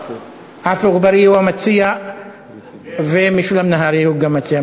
עפו אגבאריה הוא המציע ומשולם נהרי הוא גם מציע.